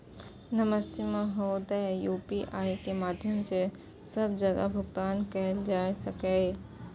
नमस्ते महोदय, यु.पी.आई के माध्यम सं सब जगह भुगतान कैल जाए सकल ये?